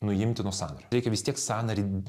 nuimti nuo sąnario reikia vis tiek sąnarį